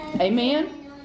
Amen